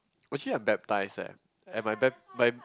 would she have baptise eh and by bap~ by